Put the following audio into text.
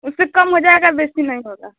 उससे कम हो जाएगा बेसी नहीं होगा